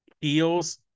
heels